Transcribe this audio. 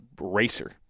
racer